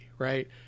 right